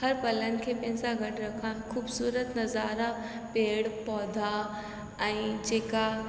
हर पलनि खे पंहिंसां गॾु रखां ख़ूबसूरत नज़ारा पेड़ पौधा ऐं जेका